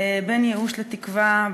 בין ייאוש לתקווה,